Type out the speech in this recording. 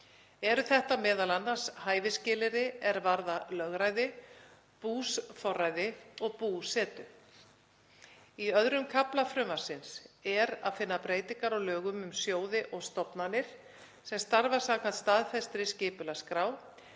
Eru þetta m.a. hæfisskilyrði er varða lögræði, búsforræði og búsetu. Í II. kafla frumvarpsins er að finna breytingar á lögum um sjóði og stofnanir sem starfa samkvæmt staðfestri skipulagsskrá.